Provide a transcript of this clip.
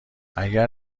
اگر